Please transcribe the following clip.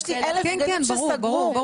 יש תחת אחריותי 1,000 גנים שנסגרו,